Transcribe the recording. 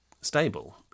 stable